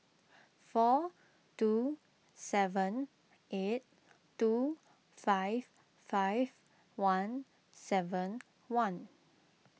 four two seven eight two five five one seven one